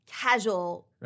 casual